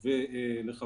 זה לא הגיוני, וזה פתיר.